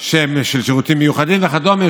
"שירותים מיוחדים" וכדומה,